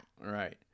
right